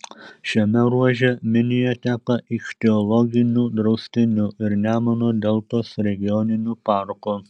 šiame ruože minija teka ichtiologiniu draustiniu ir nemuno deltos regioniniu parku